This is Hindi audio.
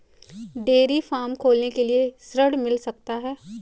डेयरी फार्म खोलने के लिए ऋण मिल सकता है?